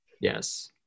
Yes